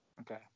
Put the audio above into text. Okay